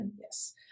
Yes